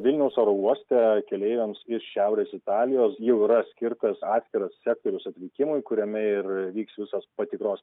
vilniaus oro uoste keleiviams ir šiaurės italijos jau yra skirtas atskirus sektorius atvykimui kuriame ir vyks visos patikros